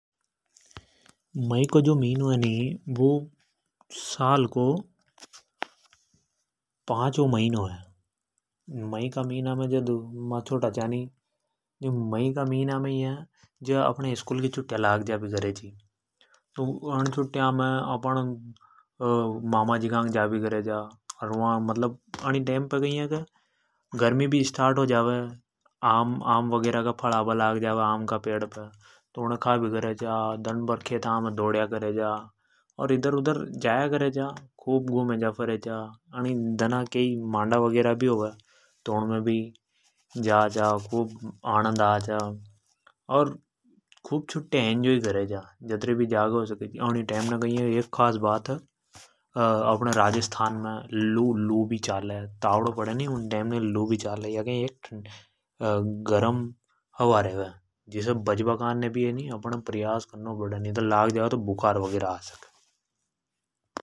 मई को जो मिनो है नि वु साल को पांच वो मिनो है मई का मि ना मे जद मा छोटा चा नि तो छुट्टियां लग जा ची फेर् मा मामाजी कांग चलजा जा चा। अनि टेम पर गर्मी भी शुरू हो जा तो आम का का पेड़ पर आम आम भी भी पाक जा। तो मा आम तोड़ या करे चा भाग्या फेरे चा। अण दना खूब मांडा भी होवे अन मे भी जा चा खूब आनंद आचा। एक बात है। ई समय राजस्थान मे लू भी चले जिसे अपण बुखार भी आ सके इसे बचणी छावे।